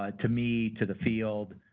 ah to me, to the field,